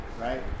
Right